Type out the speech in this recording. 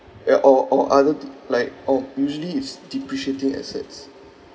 ya or or other like orh usually is depreciating assets